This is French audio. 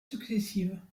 successives